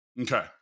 Okay